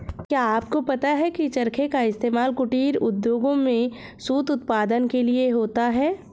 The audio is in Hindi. क्या आपको पता है की चरखे का इस्तेमाल कुटीर उद्योगों में सूत उत्पादन के लिए होता है